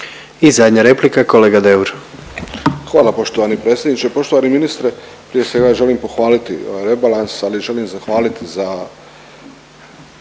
I zadnja replika kolega Deur.